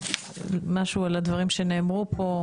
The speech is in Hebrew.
משהו על הדברים שנאמרו פה,